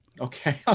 Okay